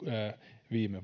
viime